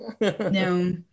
No